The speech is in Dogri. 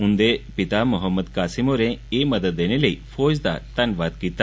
ओदे पिता मोहम्मद कासिम होरें ए मदद देने लेई फौज दा धन्नवाद कीता